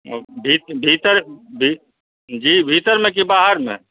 जी भीतर भीतरमे कि बाहरमे